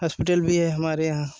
hospital भी है हमारे यहाँ